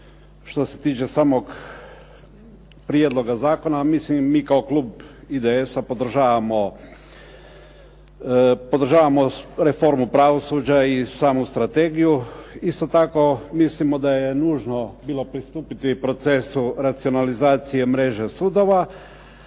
što se tiče samog prijedloga zakona, a mislim mi kao klub IDS-a podržavamo reformu pravosuđa i samu strategiju. Isto tako mislimo da je nužno bilo pristupiti procesu racionalizacije mreže sudova,